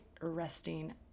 resting